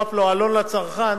שמצורף לו עלון לצרכן,